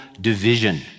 division